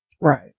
Right